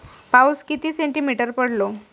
पाऊस किती सेंटीमीटर पडलो?